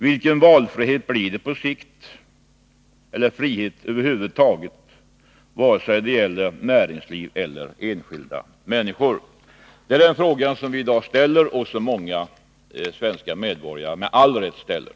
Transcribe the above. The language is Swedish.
Vilken valfrihet blir det på sikt eller vilken frihet blir det över huvud taget för näringsliv och enskilda människor? Det är den fråga som vi i dag ställer och som många svenska medborgare med all rätt ställer.